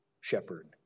shepherd